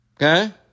Okay